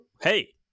hey